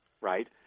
right